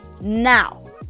Now